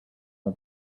all